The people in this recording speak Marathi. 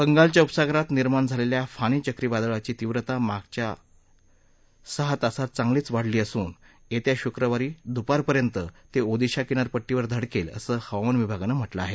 बंगालच्या उपसागरात निर्माण झालेल्या फानी चक्रीवादळाची तीव्रता मागच्या सहा तासात चांगलीच वाढली असून येत्या शुक्रवारी दुपारपर्यंत ते ओदिशा किनारपट्टीवर धडकेल असं हवामान विभागानं म्हटलं आहे